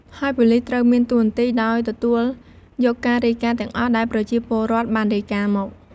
ហើយប៉ូលិសត្រូវមានតួនាទីដោយទទួលយកការរាយការណ៍ទាំងអស់ ដែលប្រជាពលរដ្ឋបានរាយការណ៍មក។